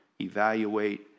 Evaluate